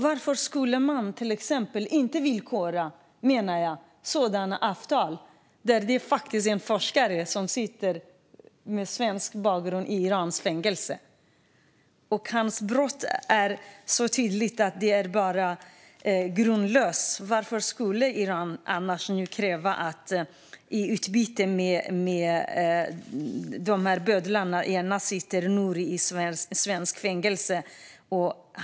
Varför villkorar man inte ett sådant avtal när en forskare med svensk bakgrund sitter i iranskt fängelse och det är så tydligt att anklagelserna mot honom är grundlösa? I stället kräver Iran nu ett utbyte mot bödlar. Den ena, Nouri, sitter i svenskt fängelse.